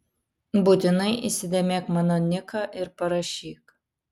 būtinai įsidėmėk mano niką ir parašyk